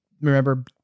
remember